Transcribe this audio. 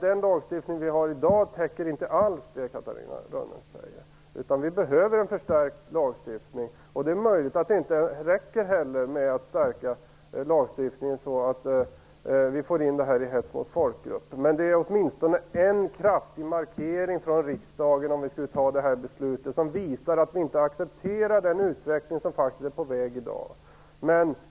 Den lagstiftning som vi har i dag täcker inte alls det som Catarina Rönnung säger, utan vi behöver en förstärkt lagstiftning. Det är möjligt att det inte heller räcker att skärpa lagstiftningen så att den också täcker hets mot individer. Men det vore åtminstone en kraftig markering från riksdagen, om vi fattade detta beslut, som visar att vi inte accepterar den utveckling som faktiskt är på väg i dag.